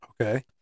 Okay